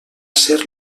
ser